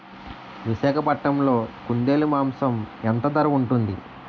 విశాఖపట్నంలో కుందేలు మాంసం ఎంత ధర ఉంటుంది?